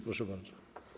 Proszę bardzo.